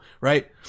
right